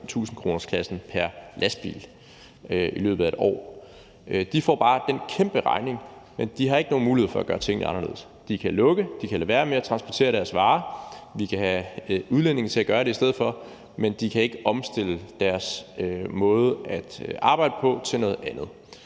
kr.-klassen pr. lastbil i løbet af 1 år. De får bare den kæmperegning, men de har ikke nogen mulighed for at gøre tingene anderledes. De kan lukke, de kan lade være med at transportere deres varer, vi kan have udlændinge til at gøre det i stedet for, men de kan ikke omstille deres måde at arbejde på til noget andet.